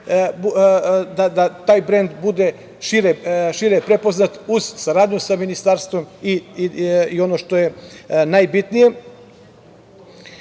da taj brend bude šire prepoznat uz saradnju sa Ministarstvom. Ono što je najbitnije,